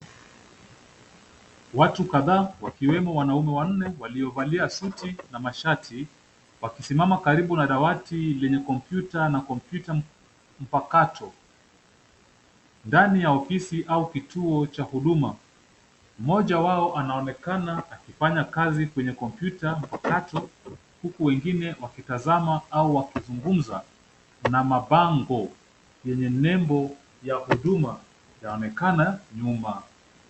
Watu kadhaa wakiwemo wanaume wanne waliovalia suti na mashati wakisimama karibu na dawati lenye kompyuta na kompyuta mpakato. Ndani ya ofisi au kituo cha huduma, mmoja wao anaonekana akifanya kazi kwenye kompyuta mpakato huku wengine wakitazama au wakizungumza na mabango yenye nembo ya huduma yaonekana nyuma.